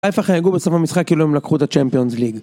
חיפה חגגגו בסוף המשחק כאילו הם לקחו את ה-Champions League